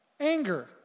Anger